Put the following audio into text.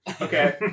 Okay